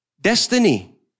destiny